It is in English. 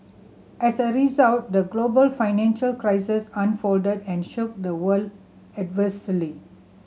as a result the global financial crisis unfolded and shook the world adversely